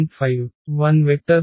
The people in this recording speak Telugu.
5 1 వెక్టర్ తో ఇవ్వబడింది